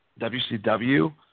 WCW